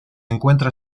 encuentra